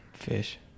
fish